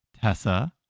Tessa